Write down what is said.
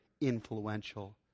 influential